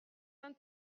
saint